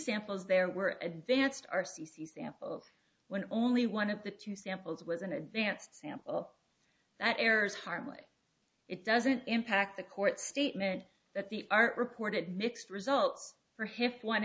samples there were advanced r c c samples when only one of the two samples was an advanced sample that errors hardly it doesn't impact the court statement that the art reported mixed results for him one